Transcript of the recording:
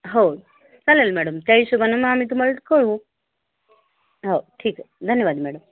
हो चालेल मॅडम त्या हिशोबाने मग आम्ही तुम्हाला कळवू हो ठीक आहे धन्यवाद मॅडम